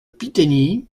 pitegny